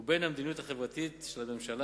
ובין המדיניות החברתית של הממשלה,